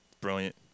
Brilliant